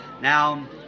Now